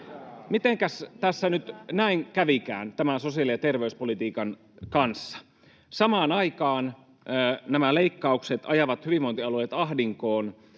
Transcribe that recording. Mitenkäs tässä nyt näin kävikään tämän sosiaali- ja terveyspolitiikan kanssa? Samaan aikaan nämä leikkaukset ajavat hyvinvointialueet ahdinkoon.